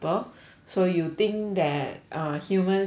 so you think that uh humans will